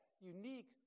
unique